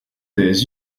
des